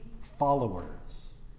followers